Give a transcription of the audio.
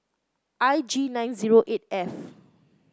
I G nine zero eight F